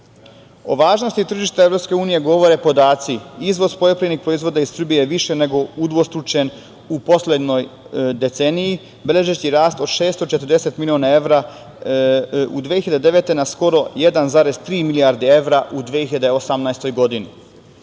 važnosti tržišta EU govore podaci. Izvoz poljoprivrednih proizvoda iz Srbije je više nego udvostručen u poslednjoj deceniji, beležeći rast od 640 miliona evra u 2009. godini na 1,3 milijarde evra u 2018. godini.